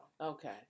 Okay